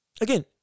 Again